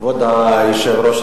כבוד היושב-ראש,